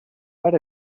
per